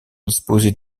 disposer